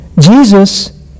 Jesus